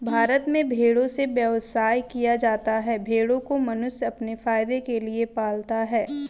भारत में भेड़ों से व्यवसाय किया जाता है भेड़ों को मनुष्य अपने फायदे के लिए पालता है